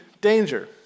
danger